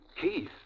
Keith